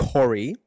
Corey